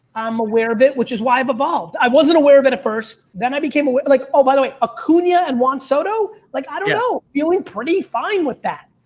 i'm aware of it, which is why i've evolved. i wasn't aware of it at first, then i became aware like, oh, by the way, acuna and juan soto, like i don't know, feeling pretty fine with that.